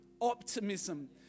optimism